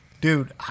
Dude